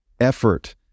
effort